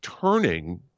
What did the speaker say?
turning